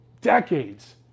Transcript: decades